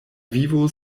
vivo